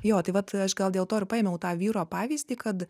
jo tai vat aš gal dėl to ir paėmiau tą vyro pavyzdį kad